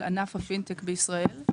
על ענף הפינטק בישראל.